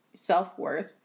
self-worth